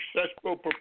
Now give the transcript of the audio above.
successful